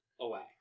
away